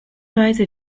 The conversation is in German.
weise